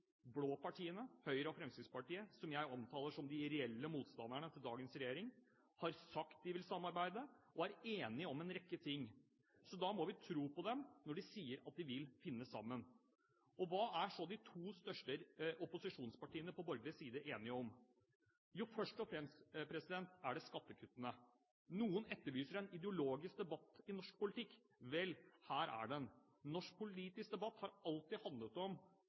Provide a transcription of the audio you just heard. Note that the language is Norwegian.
blå partiene, Høyre og Fremskrittspartiet – som jeg omtaler som de reelle motstanderne til dagens regjering – har sagt at de vil samarbeide og er enige om en rekke ting. Så da må vi tro på dem når de sier at de vil finne sammen. Hva er så de to største opposisjonspartiene på borgerlig side enige om? Jo, først og fremst er det skattekuttene. Noen etterlyser en ideologisk debatt i norsk politikk. Vel, her er den. Norsk politisk debatt har alltid handlet om